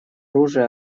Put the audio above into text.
оружия